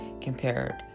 compared